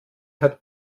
hat